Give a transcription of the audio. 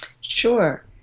Sure